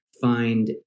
find